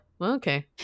okay